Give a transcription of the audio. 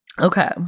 Okay